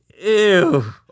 Ew